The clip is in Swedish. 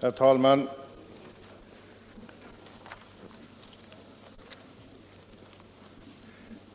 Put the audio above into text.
Herr talman!